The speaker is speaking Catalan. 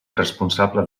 responsable